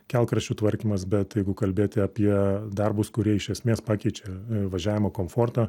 kelkraščių tvarkymas bet jeigu kalbėti apie darbus kurie iš esmės pakeičia važiavimo komfortą